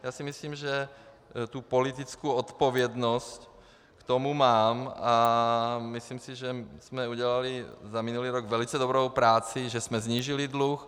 Já si myslím, že politickou odpovědnost k tomu mám, a myslím si, že jsme udělali za minulý rok velice dobrou práci, že jsme snížili dluh.